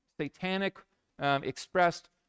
satanic-expressed